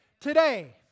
today